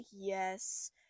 yes